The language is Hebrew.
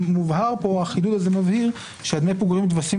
החידוד הזה מבהיר שדמי הפיגורים מתווספים